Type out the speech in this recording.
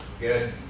Good